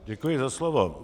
Děkuji za slovo.